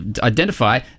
identify